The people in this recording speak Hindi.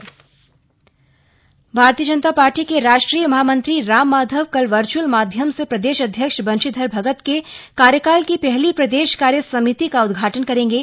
प्रदेश कार्यसमिति बैठक भारतीय जनता पार्टी के राष्ट्रीय महामंत्री राम माधव कल वर्चुअल माध्यम से प्रदेश अध्यक्ष बंशी धर भगत के कार्यकाल की पहली प्रदेश कार्य समिति का उद्घाटन करेगें